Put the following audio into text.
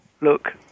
look